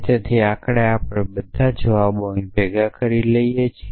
તેથી આખરે આપણે બધા જવાબો અહીં ભેગા થઈ શકીએ છીએ